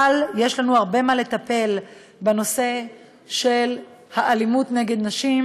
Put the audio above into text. אבל יש לנו הרבה מה לטפל בנושא של האלימות נגד נשים,